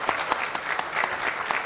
(מחיאות כפיים)